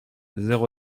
zéro